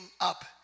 up